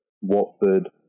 Watford